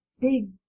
big